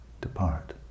depart